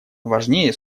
важнее